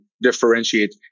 differentiate